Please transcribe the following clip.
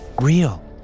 real